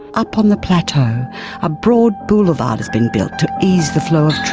up on the plateau a broad boulevard has been built to ease the flow of